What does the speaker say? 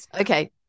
Okay